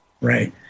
Right